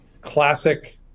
classic